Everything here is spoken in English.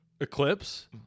Eclipse